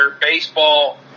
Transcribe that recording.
baseball